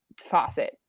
faucet